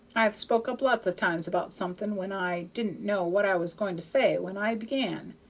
i've spoke up lots of times about something, when i didn't know what i was going to say when i began,